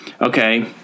Okay